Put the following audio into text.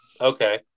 Okay